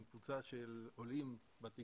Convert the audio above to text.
עם קבוצה של עולים ותיקים,